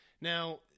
Now